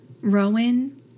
rowan